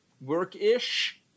work-ish